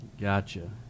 Gotcha